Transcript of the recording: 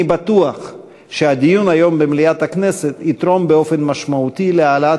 אני בטוח שהדיון היום במליאת הכנסת יתרום באופן משמעותי להעלאת